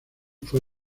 fue